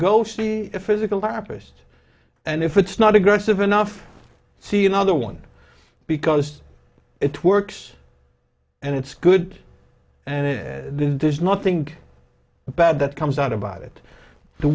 go see a physical therapist and if it's not aggressive enough see another one because it works and it's good and it does not think bad that comes out about it the